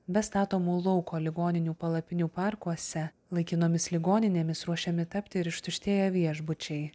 be statomų lauko ligoninių palapinių parkuose laikinomis ligoninėmis ruošiami tapti ir ištuštėję viešbučiai